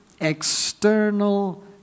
external